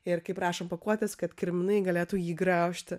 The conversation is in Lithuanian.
ir kaip rašo ant pakuotės kad kirminai galėtų jį graužti